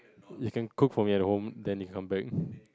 you can cook for me at home then you come back